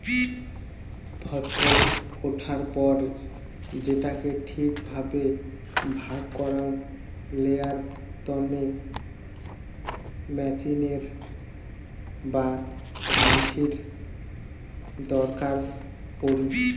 ফছল উঠার পর সেটাকে ঠিক ভাবে ভাগ করাং লেয়ার তন্নে মেচিনের বা মানসির দরকার পড়ি